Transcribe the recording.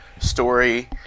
story